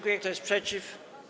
Kto jest przeciw?